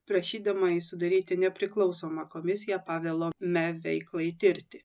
prašydama jį sudaryti nepriklausomą komisiją pavelo me veiklai tirti